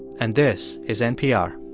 and this is npr